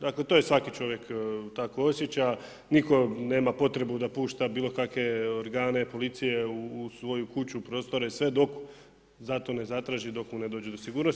Dakle to svaki čovjek tako osjeća, nitko nema potrebu da pušta bilo kakve organe policije, u svoju kuću, prostore i sve dok za to ne zatraži dok mu ne dođe do sigurnosti.